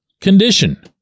condition